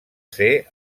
ser